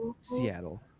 seattle